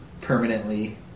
permanently